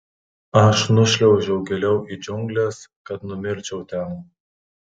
aš nušliaužiau giliau į džiungles kad numirčiau ten